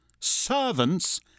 servants